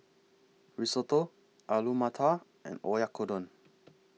Risotto Alu Matar and Oyakodon